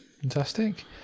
Fantastic